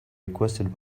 requested